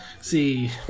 See